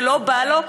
שלא בא לו,